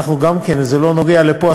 זה לא נוגע לפה,